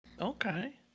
Okay